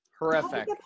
horrific